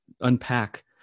unpack